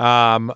um